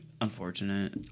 unfortunate